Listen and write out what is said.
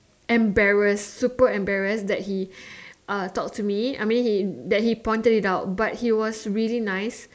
embarrassed super embarrassed that he uh talk to me I mean he that he pointed it out but he was really nice